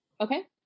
Okay